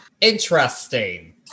interesting